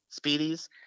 speedies